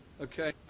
okay